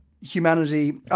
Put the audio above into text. humanity